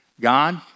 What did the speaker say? God